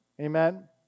Amen